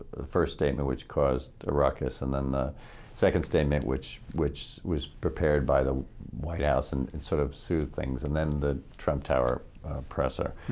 the first statement which caused a ruckus, and then the second statement, which which was prepared by the white house and and sort of soothed things, and then the trump tower presser.